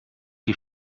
die